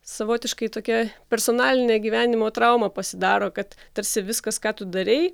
savotiškai tokia personalinė gyvenimo trauma pasidaro kad tarsi viskas ką tu darei